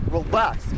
Relax